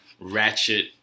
ratchet